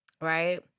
right